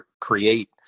create